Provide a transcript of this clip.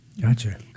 Gotcha